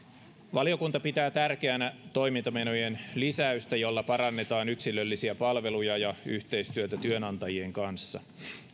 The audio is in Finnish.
valiokunta pitää tärkeänä toimintamenojen lisäystä jolla parannetaan yksilöllisiä palveluja ja yhteistyötä työnantajien kanssa